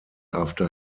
after